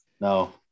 no